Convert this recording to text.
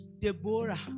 Deborah